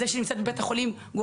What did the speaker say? אז זה שהיא נמצאת בבית החולים גורם